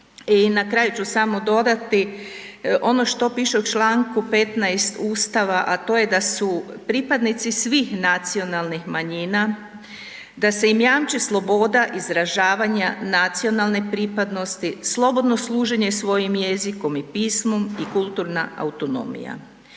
I na kraju ću samo dodati, ono što piše u čl. 15. Ustava, a to je da su pripadnici svih nacionalnih manjina, da se im jamči sloboda izražavanja nacionalne pripadnosti, slobodno služenje svojim jezikom i pismom i kulturna autonomija.